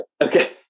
okay